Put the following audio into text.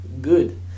Good